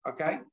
Okay